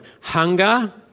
hunger